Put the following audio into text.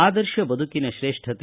ಆದರ್ಶ ಬದುಕಿನ ಶ್ರೇಷ್ಠತೆ